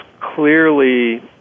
clearly